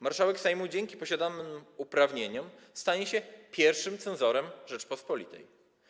Marszałek Sejmu dzięki posiadanym uprawnieniom stanie się pierwszym cenzorem Rzeczypospolitej.